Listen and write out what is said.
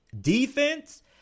defense